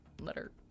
letter